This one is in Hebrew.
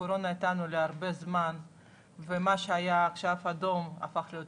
הקורונה איתנו להרבה זמן ומה שהיה עכשיו אדום הפך להיות